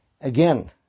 Again